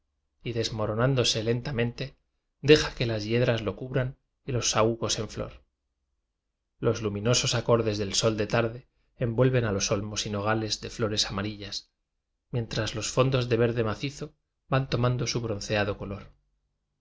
y desmoronándose lentamente deja que las yedras lo cubran y los saúcos en flor los luminosos acordes del sol de tarde envuelven a los olmos y nogales de flores am arilla s m ientras los fondos de verde macizo van tomando su bronceado color